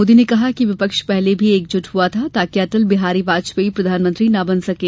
मोदी ने कहा कि विपक्ष पहले भी एकजुट हुआ था ताकि अटल बिहारी वाजपेयी प्रधानमंत्री न बन सकें